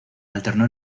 alternó